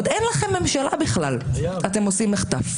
עוד אין לכם ממשלה בכלל ואתם עושים מחטף.